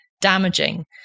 damaging